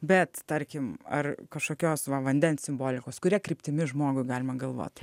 bet tarkim ar kažkokios va vandens simbolikos kuria kryptimi žmogui galima galvoti